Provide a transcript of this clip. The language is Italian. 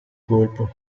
colpo